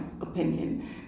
opinion